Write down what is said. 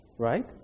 right